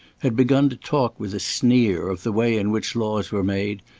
had begun to talk with a sneer of the way in which laws were made,